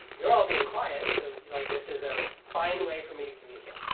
you're all being quiet, so like this is a fine way for me to communicate.